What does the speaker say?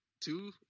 Two